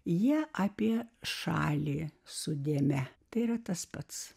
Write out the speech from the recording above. jie apie šalį su dėme tai yra tas pats